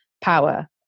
power